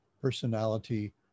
personality